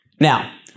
Now